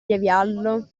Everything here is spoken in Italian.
riavviarlo